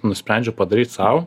nusprendžiau padaryt sau